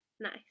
Nice